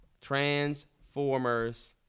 Transformers